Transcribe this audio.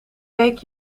week